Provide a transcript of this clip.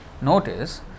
notice